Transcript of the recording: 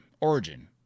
origin